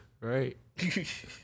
right